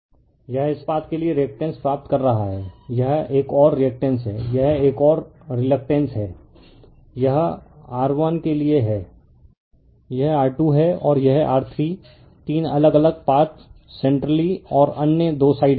refer slide time 1147 यह इस path के लिए रिअक्टेंस प्राप्त कर रहा है यह एक और रिअक्टेंस है यह एक और रिलक्टेंस है यह R1 के लिए है यह R2 है और यह R33 अलग अलग पाथ सेंट्रली और अन्य दो साइड है